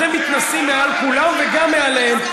אתם מתנשאים מעל כולם, וגם מעליהם.